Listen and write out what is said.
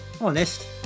Honest